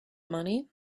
money